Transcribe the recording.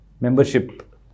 Membership